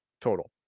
total